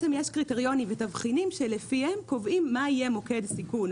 יש קריטריונים ותבחינים שלפיהם קובעים מה יהיה מוקד סיכון,